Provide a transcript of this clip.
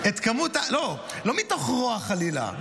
לא מתוך רוע, חלילה.